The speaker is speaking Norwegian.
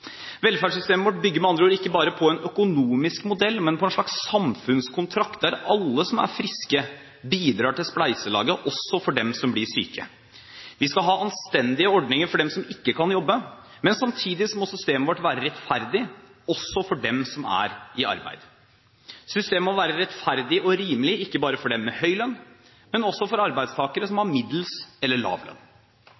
Velferdssystemet vårt bygger med andre ord ikke bare på en økonomisk modell, men på en slags samfunnskontrakt der alle som er friske, bidrar til spleiselaget også for dem som blir syke. Vi skal ha anstendige ordninger for dem som ikke kan jobbe, men samtidig må systemet vårt være rettferdig også for dem som er i arbeid. Systemet må være rettferdig og rimelig ikke bare for dem med høy lønn, men også for arbeidstakere som